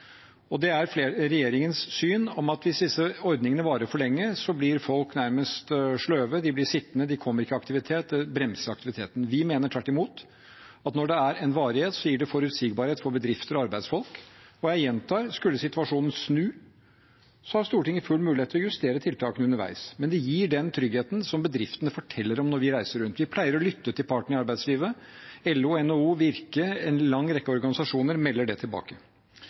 Det er regjeringens syn at hvis disse ordningene varer for lenge, blir folk nærmest sløve – de blir sittende, de kommer ikke i aktivitet, det bremser aktiviteten. Vi mener tvert imot at når det er en varighet, gir det forutsigbarhet for bedrifter og arbeidsfolk. Og jeg gjentar: Skulle situasjonen snu, har Stortinget full mulighet til å justere tiltakene underveis. Men dette gir den tryggheten som bedriftene forteller om når vi reiser rundt – vi pleier å lytte til partene i arbeidslivet – og LO, NHO, Virke og en lang rekke organisasjoner melder det tilbake.